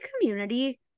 community